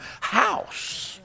house